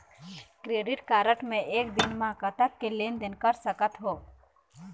Credit card मे एक दिन म कतक के लेन देन कर सकत हो?